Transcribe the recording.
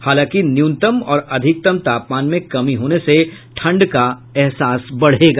हालांकि न्यूनतम और अधिकतम तापमान में कमी होने से ठंड का एहसास बढ़ेगा